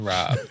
Rob